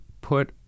put